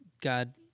God